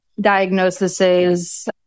diagnoses